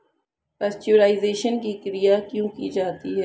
Pasteurisation की क्रिया क्यों की जाती है?